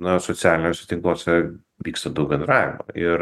na socialiniuose tinkluose vyksta daug bendravimo ir